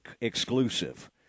exclusive